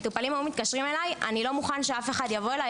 מטופלים היו מתקשרים אליי: אני לא מוכן שאף אחד יבוא אליי.